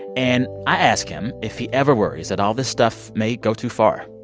and i ask him if he ever worries that all this stuff may go too far.